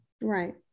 Right